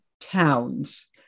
towns